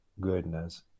goodness